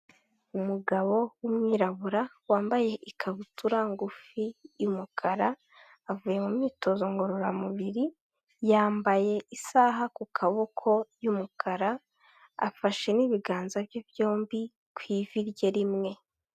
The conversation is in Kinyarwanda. Umugabo w'umwirabura wambaye ikabutura ngufi y'umukara avuye mu myitozo ngororamubiri, yambaye isaha ku kaboko y'umukara afashe n'ibiganza bye byombi ku ivi rye rimwe.